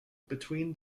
between